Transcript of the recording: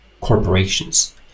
corporations